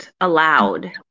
allowed